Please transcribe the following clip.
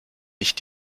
nicht